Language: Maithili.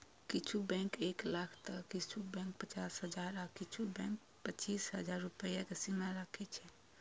किछु बैंक एक लाख तं किछु बैंक पचास हजार आ किछु बैंक पच्चीस हजार रुपैया के सीमा राखै छै